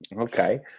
okay